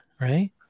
right